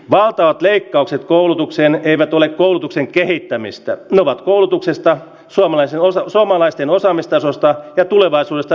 valtavat leikkaukset koulutukseen eivät ole koulutuksen kehittämistä elävä koulutuksesta suomalaisen osa suomalaisten osaamistasosta ja tulevaisuutta